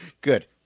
Good